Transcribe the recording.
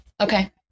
Okay